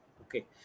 Okay